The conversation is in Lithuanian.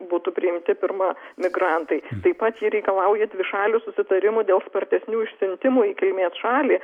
būtų priimti pirma migrantai taip pat ji reikalauja dvišalių susitarimų dėl spartesnių išsiuntimų į kilmės šalį